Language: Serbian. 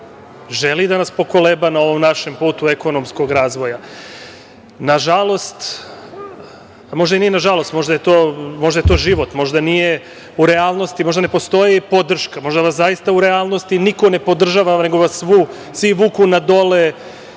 Želi da nas pokoleba na ovom našem putu ekonomskog razvoja. Nažalost, možda i nije nažalost, možda je to život, možda nije u realnosti, možda ne postoji podrška, možda nas zaista u realnosti niko ne podržava, nego vas svi vuku na dole,